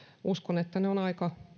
uskon että ne ovat aika suuria